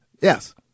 Yes